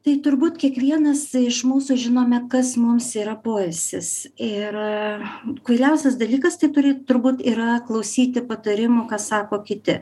tai turbūt kiekvienas iš mūsų žinome kas mums yra poilsis ir kvailiausias dalykas tai turi turbūt yra klausyti patarimų ką sako kiti